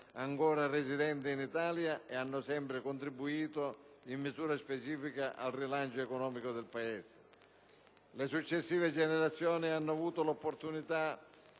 ancora residenti in Italia e hanno sempre contribuito in misura significativa al rilancio economico del Paese. Le successive generazioni hanno avuto l'opportunità